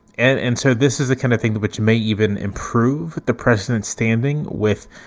and and so this is the kind of thing that which may even improve the president's standing with